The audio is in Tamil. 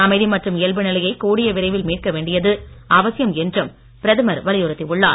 அமைதி மற்றும் இயல்பு நிலையை கூடிய விரைவில் மீட்க வேண்டியது அவசியம் என்றும் பிரதமர் வலியுறுத்தியுள்ளார்